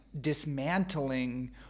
dismantling